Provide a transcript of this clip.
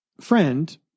friend